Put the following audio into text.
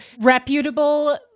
reputable